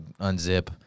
unzip